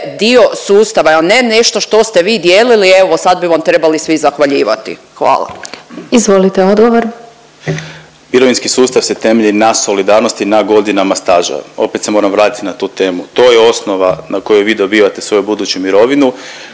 dio sustava, a ne nešto što ste vi dijelili evo sad bi vam trebali svi zahvaljivati. Hvala. **Glasovac, Sabina (SDP)** Izvolite odgovor. **Vidiš, Ivan** Mirovinski sustav se temelji na solidarnosti i na godinama staža. Opet se moram vratiti na tu temu, to je osnova na kojoj vi dobivate svoju buduću mirovinu.